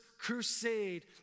crusade